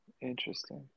Interesting